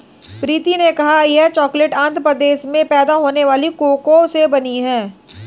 प्रीति ने कहा यह चॉकलेट आंध्र प्रदेश में पैदा होने वाले कोको से बनी है